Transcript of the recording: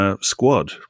squad